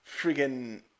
friggin